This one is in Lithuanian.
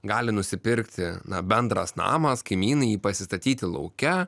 gali nusipirkti na bendras namas kaimynai jį pasistatyti lauke